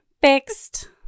Fixed